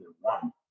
one